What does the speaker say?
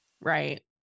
right